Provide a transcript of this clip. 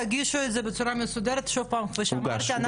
תגישו את זה בצורה מסודרת, שוב פעם, כפי שאמרתי.